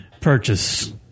purchase